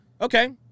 Okay